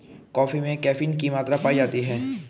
coffee में caffeine की मात्रा पाई जाती है